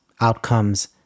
outcomes